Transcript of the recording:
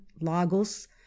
lagos